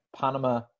Panama